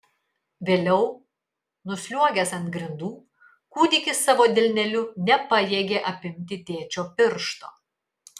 vėliau nusliuogęs ant grindų kūdikis savo delneliu nepajėgė apimti tėčio piršto